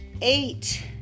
eight